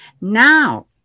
Now